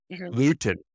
Luton